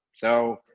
so,